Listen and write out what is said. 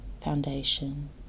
foundation